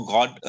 God